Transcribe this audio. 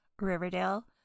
Riverdale